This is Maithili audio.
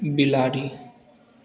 बिलाड़ि